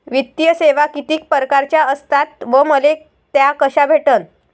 वित्तीय सेवा कितीक परकारच्या असतात व मले त्या कशा भेटन?